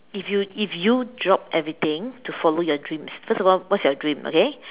if you if you drop everything to follow your dreams first of all what is your dream okay